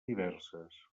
diverses